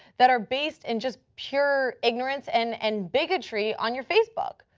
that are based in just pure ignorance and and bigotry on your facebook.